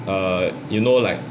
err you know like